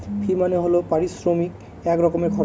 ফি মানে হল পারিশ্রমিক এক রকমের খরচ